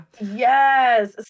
Yes